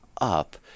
up